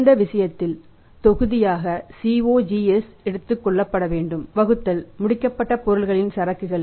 இந்த விஷயத்தில் தொகுதியாக COGS எடுத்துக் கொள்ளப்பட வேண்டும் வகுத்தல் முடிக்கப்பட்ட பொருட்களின் சரக்குகள்